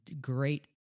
great